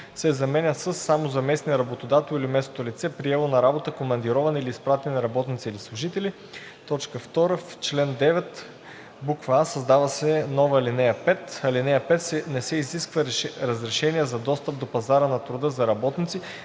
се заменят със „само за местния работодател или местното лице, приело на работа командировани или изпратени работници или служители“. 2. В чл. 9: а) създава се нова ал. 5: „(5) Не се изисква разрешение за достъп до пазара на труда за работници